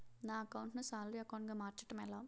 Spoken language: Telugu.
నా అకౌంట్ ను సాలరీ అకౌంట్ గా మార్చటం ఎలా?